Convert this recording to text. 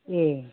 ए